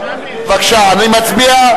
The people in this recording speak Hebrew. בבקשה, אני מצביע.